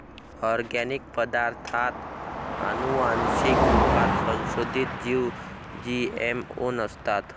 organic पदार्ताथ आनुवान्सिक रुपात संसोधीत जीव जी.एम.ओ नसतात